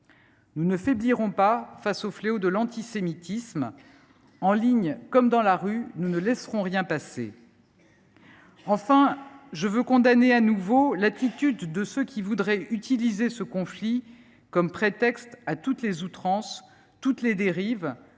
Nous ne faiblirons pas face au fléau de l’antisémitisme ; en ligne comme dans la rue, nous ne laisserons rien passer. Enfin, je veux condamner de nouveau l’attitude de ceux qui voudraient utiliser ce conflit comme prétexte à toutes les outrances et à toutes les dérives,